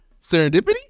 Serendipity